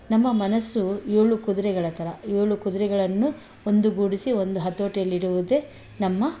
ನಮ್ಮ ಮನಸ್ಸು ಏಳು ಕುದುರೆಗಳ ಥರ ಏಳು ಕುದುರೆಗಳನ್ನು ಒಂದು ಗೂಡಿಸಿ ಒಂದು ಹತೋಟಿಯಲ್ಲಿಡುವುದೇ ನಮ್ಮ